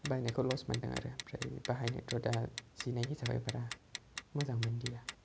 बायनायखौ लस मोनदों आरो ओमफ्राय बाहायनोथ' दा जिनाय जाबाय बारा मोजां मोनदिया